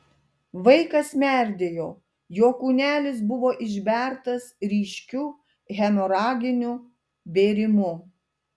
vaikas merdėjo jo kūnelis buvo išbertas ryškiu hemoraginiu bėrimu